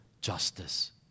justice